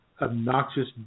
obnoxious